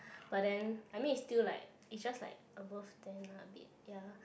but then I mean it's still like it's just like above ten lah a bit ya